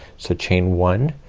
so chain one,